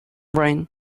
brain